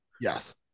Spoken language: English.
Yes